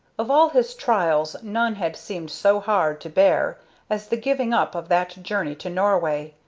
of all his trials none had seemed so hard to bear as the giving up of that journey to norway,